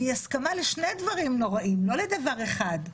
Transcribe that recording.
היא שתיקה לשני דברים נוראיים, לא לדבר אחד.